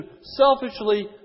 selfishly